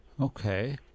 Okay